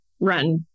run